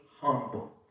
humble